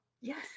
Yes